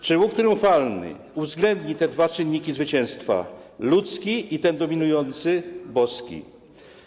Czy łuk triumfalny uwzględni te dwa czynniki zwycięstwa: ludzki i ten dominujący - boski?